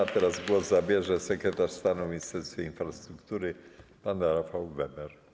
A teraz głos zabierze sekretarz stanu w Ministerstwie Infrastruktury pan Rafał Weber.